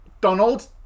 Donald